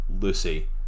Lucy